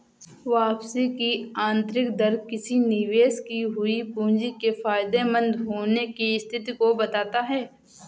वापसी की आंतरिक दर किसी निवेश की हुई पूंजी के फायदेमंद होने की स्थिति को बताता है